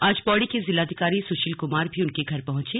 आज पौडी के जिलाधिकारी सुशील कुमार भी उनके घर पहुंचे